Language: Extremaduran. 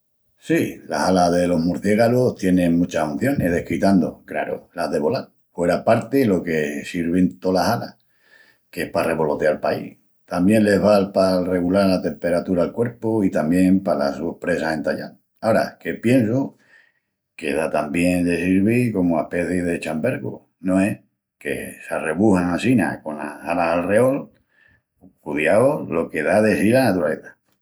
Sí, las alas delos murciégalus tienin muchas huncionis, desquitandu, craru, las de volal. Hueraparti lo que sirvin tolas alas, qu'es pa revoleteal paí, tamién les val pa regulal la temperatura'l cuerpu i tamién palas sus presas entallal. Ara que piensu, que da que tamién les sirvi comu aspeci de chambergu, no es? Que s'arrebujan assina conas alas alreol. Cudiau lo que da de sí la naturaleza!